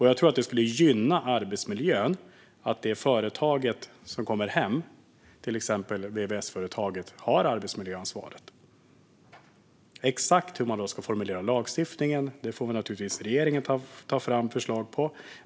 Jag tror att det skulle gynna arbetsmiljön att det företag som kommer hem, till exempel vvs-företaget, har arbetsmiljöansvaret. Exakt hur man då ska formulera lagstiftningen får naturligtvis regeringen ta fram förslag på.